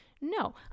No